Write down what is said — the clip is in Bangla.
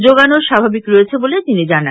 যোগানও স্বাভাবিক রয়েছে বলে তিনি জানান